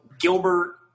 Gilbert